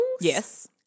Yes